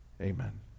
Amen